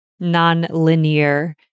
nonlinear